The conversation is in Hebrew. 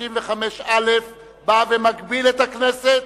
135(א) בא ומגביל את הכנסת,